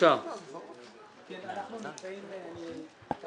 גמ"חים קטנים עד מיליון שקלים, הם יצטרכו